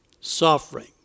Suffering